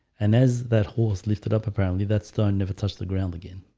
and as that horse lifted up, apparently that stone never touched the ground again